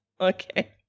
Okay